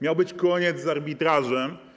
Miał być koniec z arbitrażem.